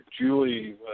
Julie